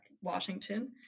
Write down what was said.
Washington